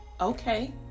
okay